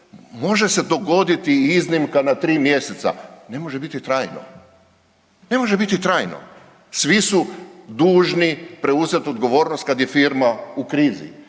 može se dogoditi iznimka na 3 mjeseca, ne može biti trajno, ne može biti trajno. Svi su dužni preuzeti odgovornost kad je firma u krizi,